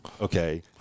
okay